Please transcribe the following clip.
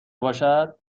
باشد